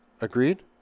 Agreed